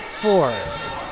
fourth